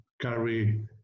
carry